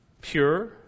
pure